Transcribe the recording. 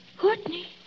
Courtney